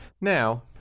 Now